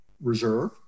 Reserve